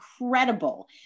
incredible